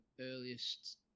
Earliest